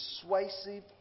persuasive